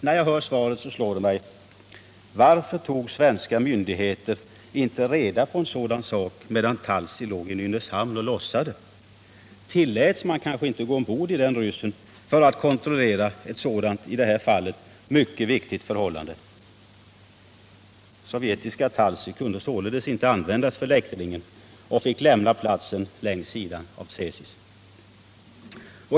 När jag hör det slår det mig: Varför tog svenska myndigheter inte reda på en sådan sak medan Talsy låg i Nynäshamn och lossade? Tilläts man kanske inte gå ombord i ryssen för att kontrollera ett sådant, i det här fallet mycket viktigt förhållande? Sovjetiska Talsy kunde således inte användas för läktringen och fick lämna platsen längs sidan av Tsesis.